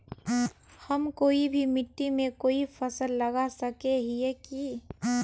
हम कोई भी मिट्टी में कोई फसल लगा सके हिये की?